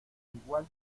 igual